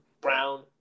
Brown